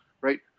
right